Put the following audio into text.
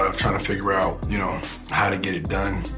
um trying to figure out you know how to get it done.